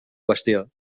qüestió